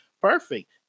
perfect